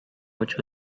which